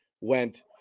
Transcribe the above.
went